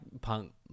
punk